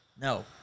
no